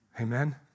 Amen